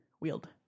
Wield